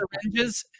syringes